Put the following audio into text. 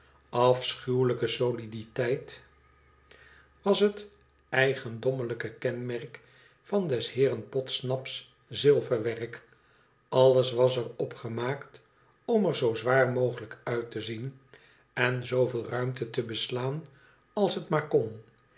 afschuwelijke souditeit was het eigendommelijke kenmerk van des heeren podsnap's zilverwerk alles was er op gemaakt om er zoo zwaar mogelijk uit te zien en zooveel ruimte te beslaan als het maar kon